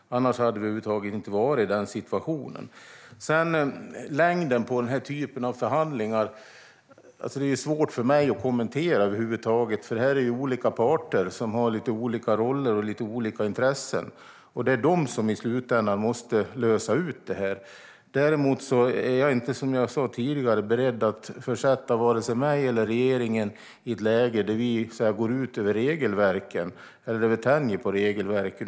Annars hade vi över huvud taget inte varit i den situationen. Det är svårt för mig att kommentera längden på den här typen av förhandlingar. Det här är ju olika parter som har lite olika roller och olika intressen, och det är de som i slutändan måste lösa det här. Jag är, som jag sa tidigare, inte beredd att försätta vare sig mig eller regeringen i ett läge där vi tänjer på regelverken.